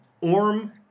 Orm